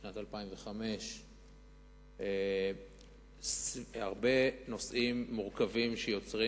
בשנת 2005. הרבה נושאים מורכבים יוצרים